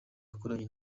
yakoranye